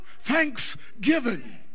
thanksgiving